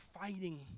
fighting